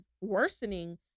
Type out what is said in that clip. worsening